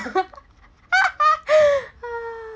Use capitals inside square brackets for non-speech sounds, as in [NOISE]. [LAUGHS]